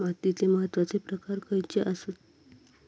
मातीचे महत्वाचे प्रकार खयचे आसत?